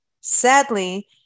Sadly